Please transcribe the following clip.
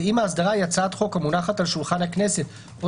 ואם ההסדרה היא הצעת חוק המונחת על שולחן הכנסת או